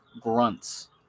grunts